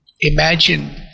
imagine